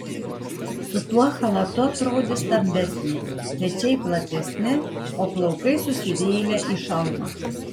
su tuo chalatu atrodė stambesnė pečiai platesni o plaukai susivėlę į šalmą